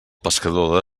pescador